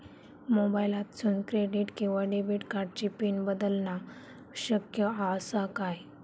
मोबाईलातसून क्रेडिट किवा डेबिट कार्डची पिन बदलना शक्य आसा काय?